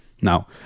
Now